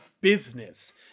business